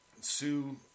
Sue